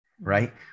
right